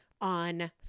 on